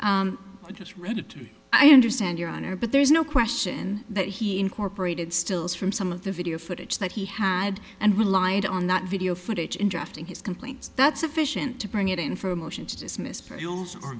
footage just read it i understand your honor but there's no question that he incorporated stills from some of the video footage that he had and relied on that video footage in drafting his complaints that's sufficient to bring it in for a motion to dismiss